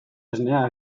esnea